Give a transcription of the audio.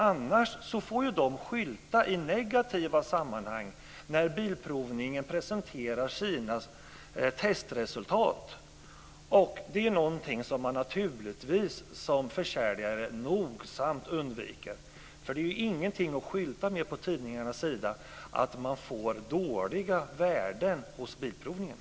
Annars får de ju skylta i negativa sammanhang när Bilprovningen presenterar sina testresultat, och det är någonting som man naturligtvis som försäljare nogsamt undviker. Det är ingenting att skylta med på tidningarnas sidor att man får dåliga värden hos Bilprovningen.